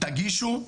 תגישו.